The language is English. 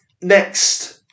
Next